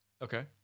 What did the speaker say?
Okay